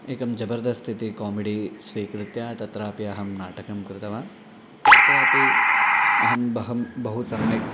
एकं जबर्दस्त इति कामिडि स्वीकृत्य तत्रापि अहं नाटकं कृतवान् अहं अहं बहु सम्यक्